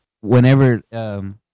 whenever